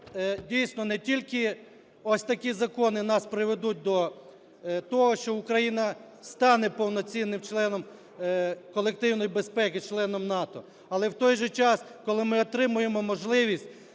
дійсно не тільки ось такі закони нас приведуть до того, що Україна стане повноцінним членом колективної безпеки, членом НАТО, але, в той же час, коли ми отримаємо можливість